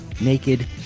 naked